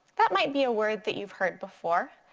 that might be a word that you've heard before.